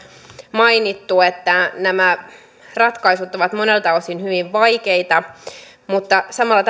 mainittu että nämä ratkaisut ovat monelta osin hyvin vaikeita mutta samalla